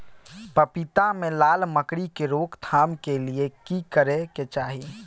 पपीता मे लाल मकरी के रोक थाम के लिये की करै के चाही?